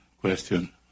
question